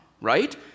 Right